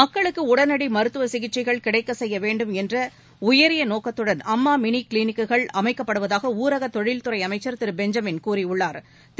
மக்களுக்கு உடனடி மருத்துவ சிகிச்சைகள் கிடைக்க செய்ய வேண்டும் என்ற உயரிய நோக்கத்துடன் அம்மா மினி க்ளினிக்குகள் அமைக்கப்படுவதாக ஊரக தொழில் துறை அமைச்சா் திரு பெஞ்சமின் கூறியுள்ளா்